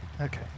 Okay